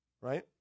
right